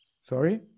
Sorry